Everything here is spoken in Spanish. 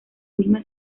misma